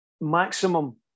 maximum